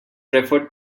referred